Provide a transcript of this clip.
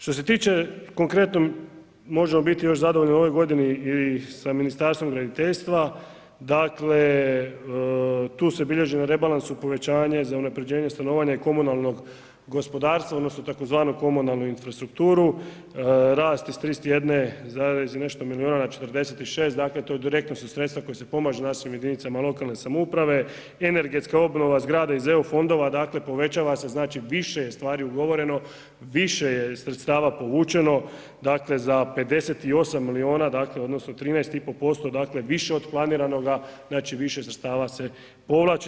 Što se tiče konkretno možemo biti još zadovoljni u ovoj godini i sa Ministarstvom graditeljstva, dakle tu se bilježi na rebalansu povećanje za unaprjeđenje stanovanja i komunalnog gospodarstva odnosno tzv. komunalnu infrastrukturu, rast sa 31 zarez nešto milijuna na 46, dakle to direktno su sredstva koja se pomažu našim jedinicama lokalne samouprave, energetska obnova zgrada iz EU fondova, dakle povećava se znači više je stvari ugovoreno, više je sredstava povučeno, dakle za 58 milijuna, dakle u odnosu na 13,5% dakle više od planiranoga, znači više sredstava se povlači.